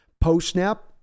post-snap